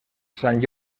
sant